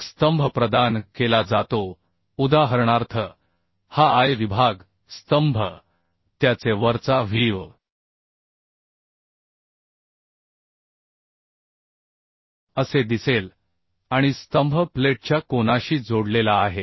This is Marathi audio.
मग स्तंभ प्रदान केला जातो उदाहरणार्थ हा I विभाग स्तंभ त्याचे वरचा व्हीव असे दिसेल आणि स्तंभ प्लेटच्या कोनाशी जोडलेला आहे